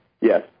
Yes